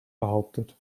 behauptet